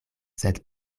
sed